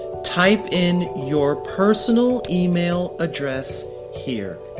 type in your personal email address here.